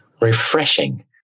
Refreshing